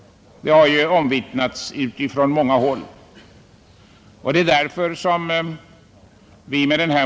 Det har ju omvittnats från många håll.